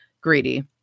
greedy